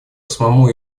самому